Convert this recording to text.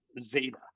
Zeta